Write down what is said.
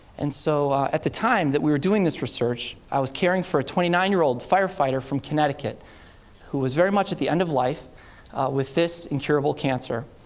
and so at the time we were doing this research, i was caring for a twenty nine year old firefighter from connecticut who was very much at the end of life with this incurable cancer.